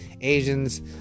Asians